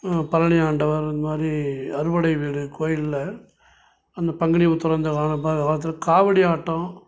பழனி ஆண்டவர் இந்தமாதிரி அறுபடை வீடு கோயிலில் அந்த பங்குனி உத்திரம் இந்த வா பா வாரத்தில் காவடியாட்டம்